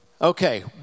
Okay